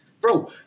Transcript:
Bro